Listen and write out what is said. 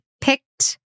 picked